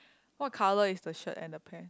what colour is the shirt and the pant